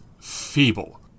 feeble